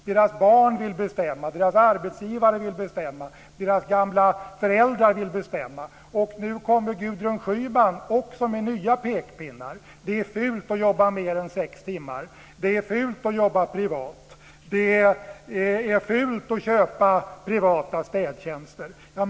Deras barn vill bestämma, deras arbetsgivare vill bestämma, deras gamla föräldrar vill bestämma. Nu kommer också Gudrun Schyman med nya pekpinnar. Det är fult att jobba mer än sex timmar. Det är fult att jobba privat. Det är fult att köpa privata städtjänster.